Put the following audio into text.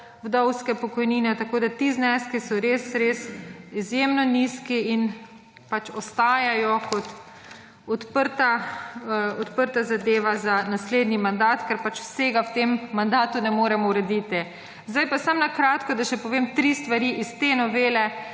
vdovske pokojnine. Tako da ti zneski so res res izjemno nizki in pač ostajajo kot odprta zadeva za naslednji mandat, ker pač vsega v tem mandatu ne moremo urediti. Sedaj pa samo na kratko, da še povem tri stvari iz te novele,